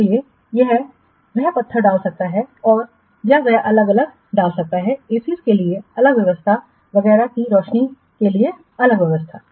इसलिए वह पत्थर डाल सकता है या वह अलग अलग डाल सकता है A Cs के लिए अलग व्यवस्था वगैरह की रोशनी के लिए अलग व्यवस्था